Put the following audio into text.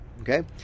okay